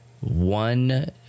one